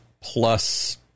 plus